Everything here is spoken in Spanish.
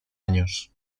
años